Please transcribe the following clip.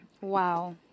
Wow